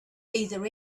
either